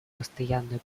постоянную